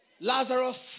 Lazarus